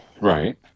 Right